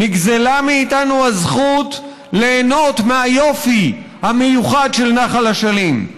נגזלה מאיתנו הזכות ליהנות מהיופי המיוחד של נחל אשלים.